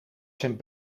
zijn